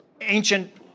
ancient